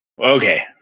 okay